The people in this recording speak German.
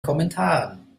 kommentaren